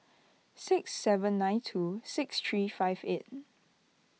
six seven nine two six three five eight